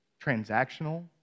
transactional